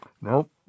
nope